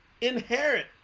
inherit